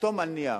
תחתום על נייר.